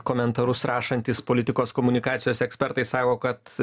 komentarus rašantys politikos komunikacijos ekspertai sako kad